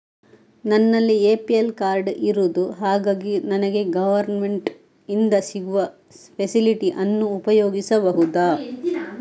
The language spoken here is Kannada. ನನ್ನಲ್ಲಿ ಎ.ಪಿ.ಎಲ್ ಕಾರ್ಡ್ ಇರುದು ಹಾಗಾಗಿ ನನಗೆ ಗವರ್ನಮೆಂಟ್ ಇಂದ ಸಿಗುವ ಫೆಸಿಲಿಟಿ ಅನ್ನು ಉಪಯೋಗಿಸಬಹುದಾ?